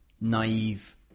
naive